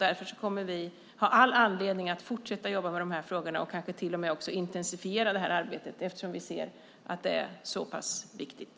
Därför kommer vi att ha all anledning att fortsätta att jobba med frågorna och till och med intensifiera arbetet eftersom vi anser att det är så viktigt.